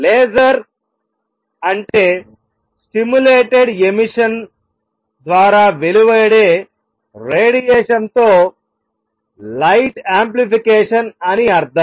laser అంటే stimulated emission ద్వారా వెలువడే రేడియేషన్ తో లైట్ ఆమ్ప్లిఫికేషన్ అని అర్ధం